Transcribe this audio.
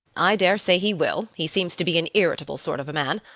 i daresay he will. he seems to be an irritable sort of a man.